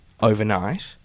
overnight